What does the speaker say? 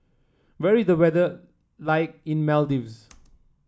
where is the weather like in Maldives